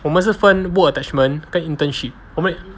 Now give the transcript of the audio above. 我们是分 work attachment 跟 internship 我们